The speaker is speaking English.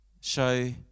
show